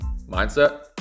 mindset